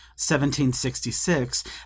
1766